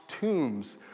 tombs